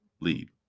lead